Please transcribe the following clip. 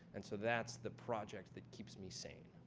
and so, that's the project that keeps me sane.